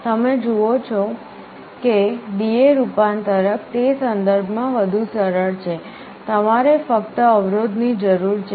તમે જુઓ છો કે DA રૂપાંતરક તે સંદર્ભમાં વધુ સરળ છે તમારે ફક્ત અવરોધ ની જરૂર છે